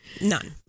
none